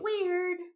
weird